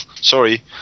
Sorry